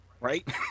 Right